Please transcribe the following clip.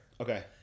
Okay